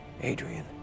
Adrian